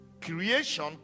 creation